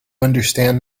understand